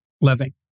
living